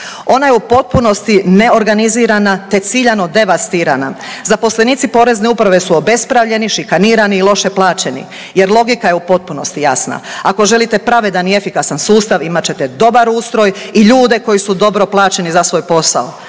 Ona je u potpunosti neorganizirana te ciljano devastirana. Zaposlenici Porezne uprave su obespravljeni, šikanirani i loše plaćeni, jer logika je u potpunosti jasna. Ako želite pravedan i efikasan sustav imat ćete dobar ustroj i ljude koji su dobro plaćeni za svoj posao.